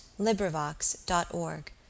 LibriVox.org